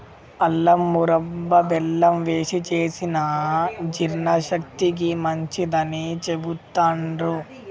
అల్లం మురబ్భ బెల్లం వేశి చేసిన జీర్ణశక్తికి మంచిదని చెబుతాండ్రు